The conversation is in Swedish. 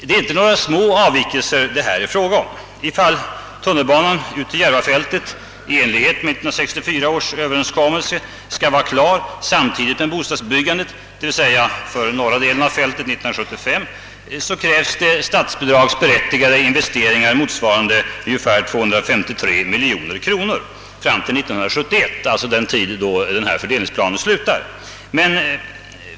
Det är inte några små avvikelser det här är fråga om. Ifall tunnelbanan ut till Järvafältet i enlighet med 1964 års överenskommelse skall vara klar samtidigt som bostadsbyggandet — d. v. s. för norra delen av fältet år 1975 — krävs det statsbidragsberättigade investeringar motsvarande ungefär 253 miljoner kronor fram till år 1971, den tidpunkt då denna fördelningsplan slutar.